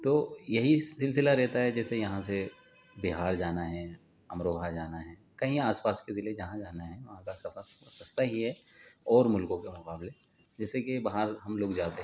تو یہی سلسلہ رہتا ہے جیسے یہاں سے بِہار جانا ہے امروہہ جانا ہے کہیں آس پاس کے ضلعے جہاں جانا ہے وہاں کا سفر سستا ہی ہے اور ملکوں کے مقابلے جیسے کہ باہر ہم لوگ جاتے ہیں